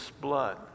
blood